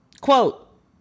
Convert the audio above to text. quote